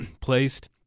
placed